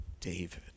David